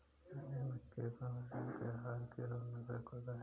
रमेश मक्के को पशुओं के आहार के रूप में उपयोग करता है